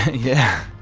yeah